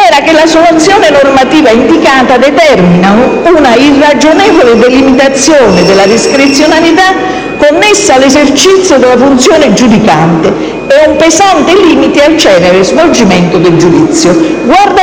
che «La soluzione normativa indicata determina una irragionevole delimitazione della discrezionalità connessa all'esercizio della funzione giudicante e un pesante limite al celere svolgimento del giudizio (...)». Guarda